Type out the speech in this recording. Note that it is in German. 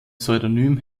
pseudonym